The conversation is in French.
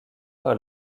par